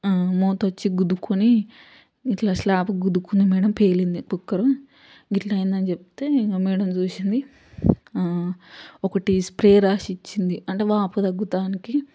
ఆ మూత వచ్చి గుద్దుకుని ఇట్లా స్లాబ్కి గుద్దుకుంది మేడమ్ పేలింది కుక్కర్ గిట్ల అయింది అని చెప్తే మేడమ్ చూసింది ఆ ఒకటి స్ప్రే రాసి ఇచ్చింది అంటే వాపు తగ్గుటానికి